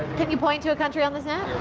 can you point to a country on this map?